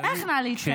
איך "נא להתכנס"?